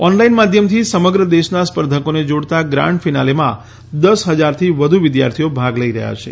online માધ્યમથી સમગ્ર દેશના સ્પર્ધકોને જોડતા ગ્રાન્ડ ફિનાલેમાં દસ હજારથી વધુ વિદ્યાર્થીઓ ભાગ લઈ રહ્યા છે